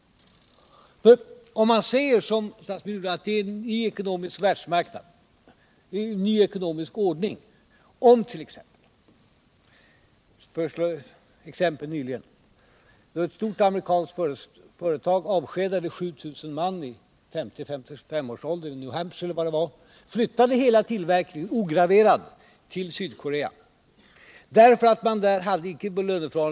Nyligen avskedade ett amerikanskt företag i New Hampshire, eller var det var, 7 000 man i åldrarna 50-55 år och flyttade hela tillverkningen ograverad till Sydkorea därför att man där fick särskilda villkor.